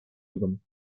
югом